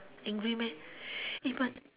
angry but